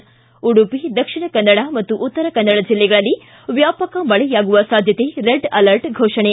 ಿ ಉಡುಪಿ ದಕ್ಷಿಣ ಕನ್ನಡ ಮತ್ತು ಉತ್ತರ ಕನ್ನಡ ಜಿಲ್ಲೆಗಳಲ್ಲಿ ವ್ಯಾಪಕ ಮಳೆಯಾಗುವ ಸಾಧ್ಯತೆ ರೆಡ್ ಅಲರ್ಟ್ ಘೋಷಣೆ